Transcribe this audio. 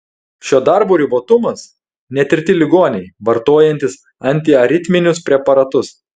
šio darbo ribotumas netirti ligoniai vartojantys antiaritminius preparatus